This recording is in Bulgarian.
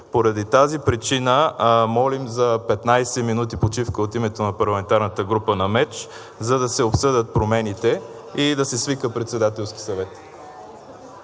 Поради тази причина молим за 15 минути почивка от името на парламентарната група на МЕЧ, за да се обсъдят промените и да се свика Председателски съвет.